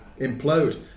implode